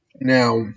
Now